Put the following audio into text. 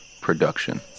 production